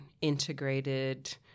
integrated